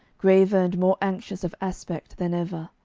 graver and more anxious of aspect than ever.